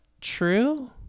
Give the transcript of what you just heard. true